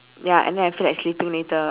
ya and then I feel like sleeping later